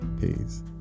peace